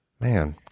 Man